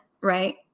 right